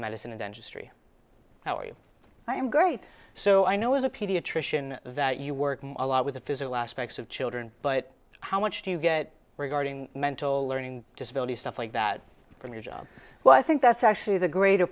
medicine and dentistry how are you i am great so i know as a pediatrician that you working a lot with the physical aspects of children but how much do you get regarding mental learning disability stuff like that from your job well i think that's actually the greater